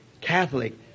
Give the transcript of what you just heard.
Catholic